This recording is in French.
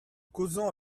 causant